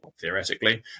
theoretically